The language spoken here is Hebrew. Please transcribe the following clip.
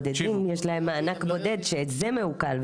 ויש לנו עוד 46% מהם שהם חיילים בודדים חסרי עורף משפחתי,